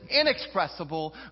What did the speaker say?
inexpressible